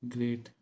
Great